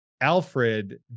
alfred